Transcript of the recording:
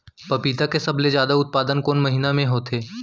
पपीता के सबले जादा उत्पादन कोन महीना में होथे?